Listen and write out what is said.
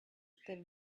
that